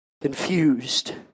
Confused